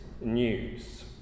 news